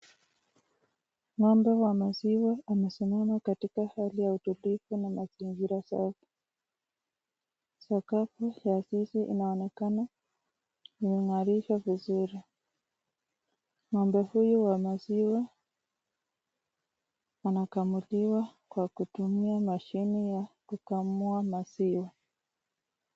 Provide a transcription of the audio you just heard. Ng'ombe wa maziwa amesimama katika hali ya utulivu na mazingira zake, sakafu ya zizi inaonekana imeng'arishwa vizuri. Ng'ombe huyu wa maziwa anakamuliwa kwa kutumia mashini ya kukamua maziwa.